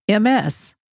MS